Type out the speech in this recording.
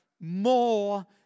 more